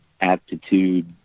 aptitude